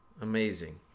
Amazing